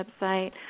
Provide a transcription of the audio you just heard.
website